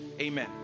Amen